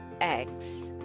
eggs